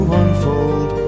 unfold